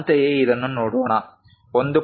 ಅಂತೆಯೇ ಇದನ್ನು ನೋಡೋಣ 1